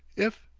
if,